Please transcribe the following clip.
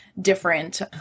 different